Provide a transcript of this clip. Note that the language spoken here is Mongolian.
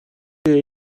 гэхдээ